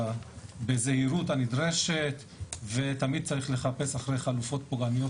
בזהירות הנדרשת ותמיד צריך לחפש אחרי חלופות פוגעניות